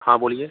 हाँ बोलिए